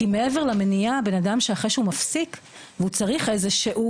כי מעבר למניעה בנאדם שאחרי שהוא מפסיק והוא צריך איזשהו